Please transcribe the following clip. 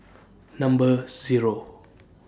Number Zero